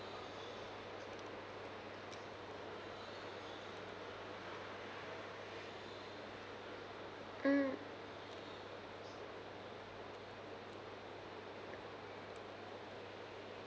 mm